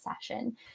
session